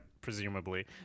presumably